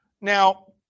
Now